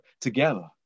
together